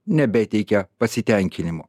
nebeteikia pasitenkinimo